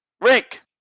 Rick